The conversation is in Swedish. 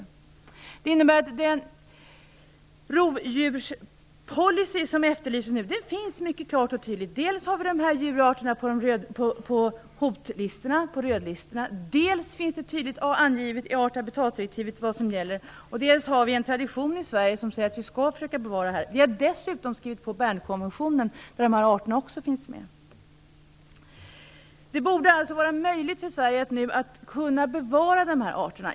I bilaga 4 a finns varg och lo, men Sverige jobbar alltså för att få in också järv - man kan säga att vi har fått det. Det innebär att den rovdjurspolicy som efterlyses finns mycket klar och tydlig. Dels har vi listorna över de hotade djurarterna, dels finns det tydligt angivet i art och habitatdirektivet vad som gäller. Sverige har också en tradition som säger att vi skall försöka bevara hotade djurarter, och vi har dessutom skrivit på Bernkonventionen där dessa arter också finns med. Det borde alltså vara möjligt för Sverige att bevara de här arterna.